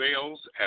sales